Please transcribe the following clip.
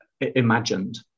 imagined